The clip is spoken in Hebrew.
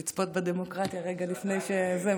לצפות בדמוקרטיה רגע לפני שזה,